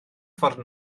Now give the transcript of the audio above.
ffordd